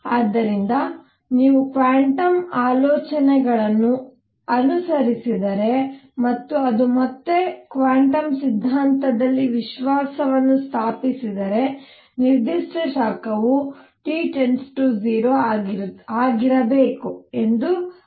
ಆದ್ದರಿಂದ ನೀವು ಕ್ವಾಂಟಮ್ ಆಲೋಚನೆಗಳನ್ನು ಅನುಸರಿಸಿದರೆ ಮತ್ತು ಅದು ಮತ್ತೆ ಕ್ವಾಂಟಮ್ ಸಿದ್ಧಾಂತದಲ್ಲಿ ವಿಶ್ವಾಸವನ್ನು ಸ್ಥಾಪಿಸಿದರೆ ನಿರ್ದಿಷ್ಟ ಶಾಖವು T 0 ಆಗಿರಬೇಕು ಎಂದು ಅದು ವಿವರಿಸಿದೆ